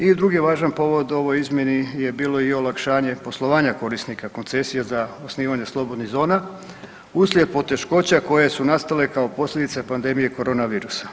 I drugi važan povod ovoj izmjeni je bilo i olakšanje poslovanja korisnika koncesije za osnivanje slobodnih zona uslijed poteškoća koje su nastale kao posljedica pandemije korona virusa.